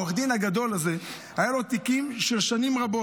ולעורך הדין הגדול הזה היו תיקים של שנים רבות.